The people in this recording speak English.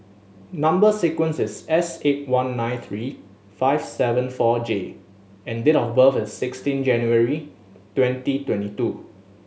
number sequence is S eight one nine three five seven four J and date of birth is sixteen January twenty twenty two